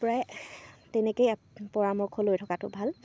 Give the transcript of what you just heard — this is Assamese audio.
প্ৰায় তেনেকৈয়ে পৰামৰ্শ লৈ থকাটো ভাল